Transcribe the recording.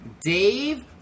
Dave